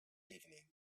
evening